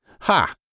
Ha